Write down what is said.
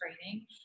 training